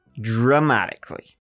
dramatically